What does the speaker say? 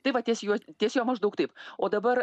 tai va ties juo ties juo maždaug taip o dabar